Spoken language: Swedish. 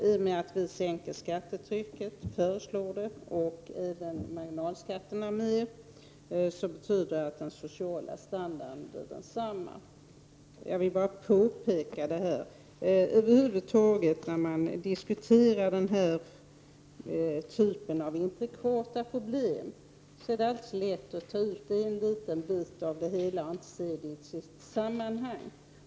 I och med att vi förutsätter att skattetrycket sänks, och även marginalskatterna, blir den sociala standarden densamma. När denna typ av intrikata problem diskuteras är det alltid så lätt att ta ut en liten bit av det hela och inte se frågan i sitt sammanhang.